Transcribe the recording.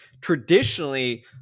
traditionally